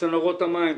צנרות המים,